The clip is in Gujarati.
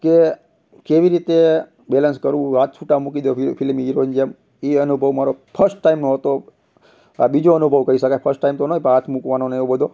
કે કેવી રીતે બેલેન્સ કરવું હાથ છૂટા મૂકી દો ફિલ્મી હીરોની જેમ એ અનુભવ મારો ફર્સ્ટ ટાઈમનો હતો આ બીજો અનુભવ કહી શકાય ફર્સ્ટ ટાઈમ તો નહીં પણ હાથ મૂકવાનો ને એવો બધો